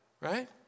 right